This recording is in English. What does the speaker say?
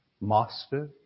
Master